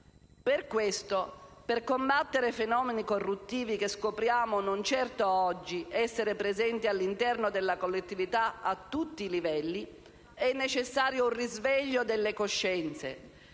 Per questo, per combattere fenomeni corruttivi, che scopriamo non certo oggi essere presenti all'interno della collettività a tutti i livelli, è necessario un risveglio delle coscienze,